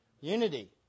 unity